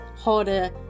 Harder